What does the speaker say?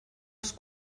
els